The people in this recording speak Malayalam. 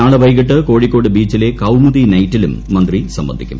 നാളെ വൈകിട്ട് കോഴിക്കോട് ബീച്ചിലെ കൌമുദി നൈറ്റിലും മന്ത്രി സംബന്ധിക്കും